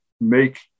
make